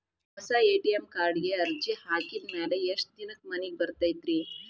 ಹೊಸಾ ಎ.ಟಿ.ಎಂ ಕಾರ್ಡಿಗೆ ಅರ್ಜಿ ಹಾಕಿದ್ ಮ್ಯಾಲೆ ಎಷ್ಟ ದಿನಕ್ಕ್ ಮನಿಗೆ ಬರತೈತ್ರಿ?